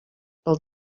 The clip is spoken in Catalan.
pel